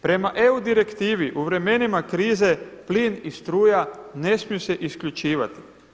Prema EU direktivi u vremenima krize plin i struja ne smiju se isključivati.